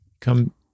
Come